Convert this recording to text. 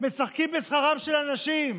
משחקים בשכרם של אנשים,